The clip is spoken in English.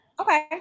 Okay